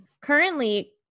Currently